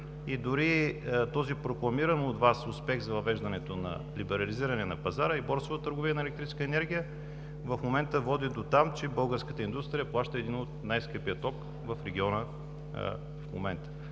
и дори този прокламиран от Вас успех за въвеждането на либерализиране на пазара и борсовата търговия на електрическа енергия, в момента води дотам, че българската индустрия плаща в момента един от най-скъпия ток в региона. Затова